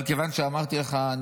אבל כיוון שאמרתי לך,